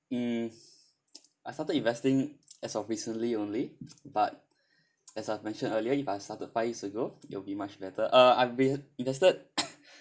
mm I started investing as of recently only but as I've mentioned earlier if I started five years ago it'll be much better uh I'm we have invested